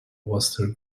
wooster